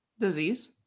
disease